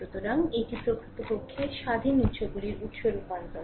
সুতরাং এটি প্রকৃতপক্ষে স্বাধীন উত্সগুলির উত্স রূপান্তর